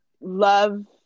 love